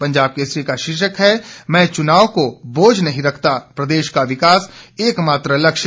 पंजाब केसरी का शीर्षक है मैं चुनाव को बोझ नहीं रखता प्रदेश का विकास एकमात्र लक्ष्य